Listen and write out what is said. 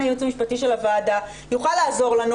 הייעוץ המשפטי של הוועדה יוכל לעזור לנו.